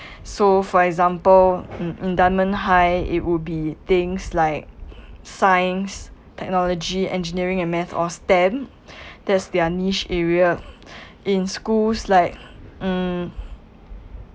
so for example in dunman high it would be things like science technology engineering and math or STEM that's their niche area in schools like mm